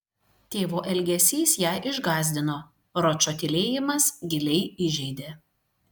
tėvo elgesys ją išgąsdino ročo tylėjimas giliai įžeidė